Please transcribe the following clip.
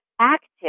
Active